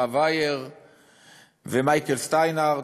הרב האייר ומייקל שטיינהרדט,